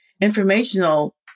informational